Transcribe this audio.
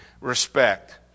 respect